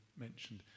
Mentioned